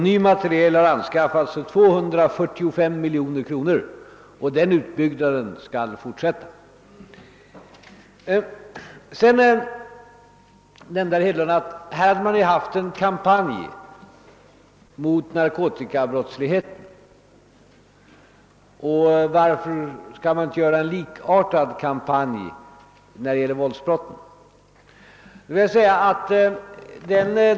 Ny materiel har anskaffats för 245 miljoner kronor, och denna utbyggnad skall fortsätta. Herr Hedlund nämnde att vi hade haft en kampanj mot narkotikabrottsligheten. Varför, sade han, kunde man inte göra en likartad kampanj när det gäller våldsbrotten?